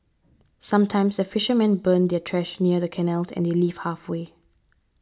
sometimes the fishermen burn their trash near the canals and they leave halfway